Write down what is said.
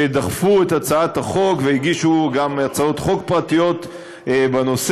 שדחפו את הצעת החוק והגישו גם הצעות חוק פרטיות בנושא,